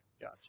Gotcha